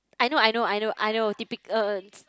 I know I know I know I know typical